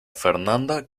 fernanda